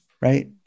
right